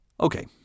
Okay